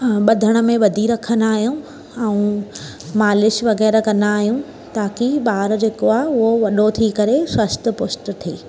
ॿधण में ॿधी रखंदा आहियूं ऐं मालिश वग़ैरह कंदा आहियूं ताकी ॿारु जेको आहे वॾो थी करे ह्रष्ट पुष्ट थिए